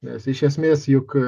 nes iš esmės juk